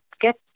get